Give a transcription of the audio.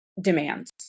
demands